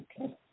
Okay